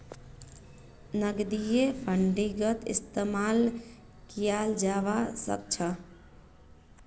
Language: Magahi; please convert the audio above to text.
नकदीक फंडिंगत इस्तेमाल कियाल जवा सक छे